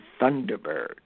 thunderbird